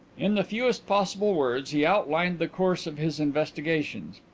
in the fewest possible words he outlined the course of his investigations.